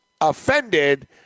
offended